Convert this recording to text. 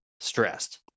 stressed